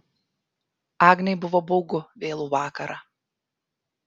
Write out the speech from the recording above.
agnei buvo baugu vėlų vakarą